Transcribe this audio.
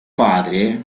padre